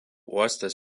uostas